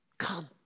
Come